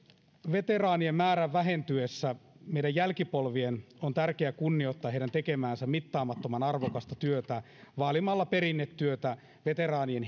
veteraanien määrän vähentyessä meidän jälkipolvien on tärkeä kunnioittaa heidän tekemäänsä mittamaattoman arvokasta työtä vaalimalla perinnetyötä veteraanien